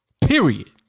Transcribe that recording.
Period